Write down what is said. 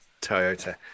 Toyota